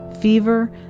fever